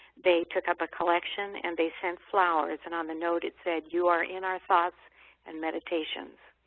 they took up a collection and they sent flowers and on the note it said, you are in our thoughts and meditations.